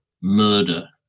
murder